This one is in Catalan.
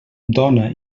dona